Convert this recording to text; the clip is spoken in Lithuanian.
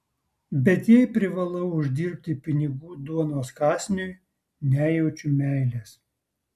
bet jei privalau uždirbti pinigų duonos kąsniui nejaučiu meilės